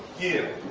you